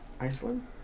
Iceland